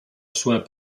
soin